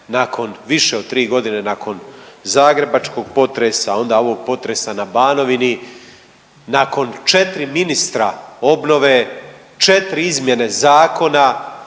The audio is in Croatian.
više od tri godine nakon zagrebačkog potresa onda ovog potresa na Banovini, nakon četiri ministra obnove, četiri izmjene zakona